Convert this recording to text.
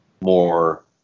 more